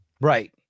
Right